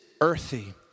earthy